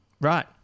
Right